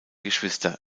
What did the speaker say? geschwister